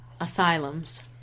asylums